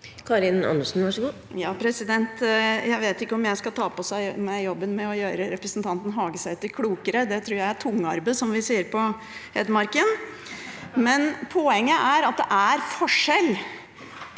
Jeg vet ikke om jeg skal ta på meg jobben med å gjøre representanten Hagesæter klokere, det tror jeg er «tungarbeid», som vi sier på Hedmarken, men poenget er at det er forskjell